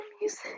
music